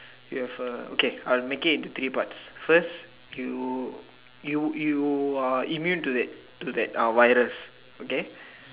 you have a okay I will make it into three parts first you you you are immune to it to that virus okay